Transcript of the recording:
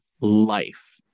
life